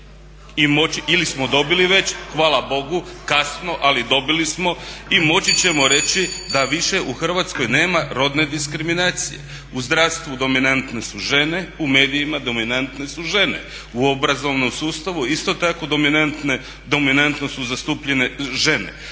činom, ili smo dobili već, hvala Bogu, kasno ali dobili smo i moći ćemo da više u Hrvatskoj nema rodne diskriminacije. U zdravstvu dominantne su žene, u medijima dominantne su žene. U obrazovnom sustavu isto tako dominantno su zastupljene žene.